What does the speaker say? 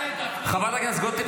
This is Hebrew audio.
--- חברת הכנסת גוטליב,